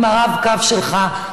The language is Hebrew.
עם הרב-קו שלך,